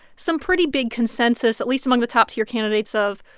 some pretty big consensus at least among the top-tier candidates of,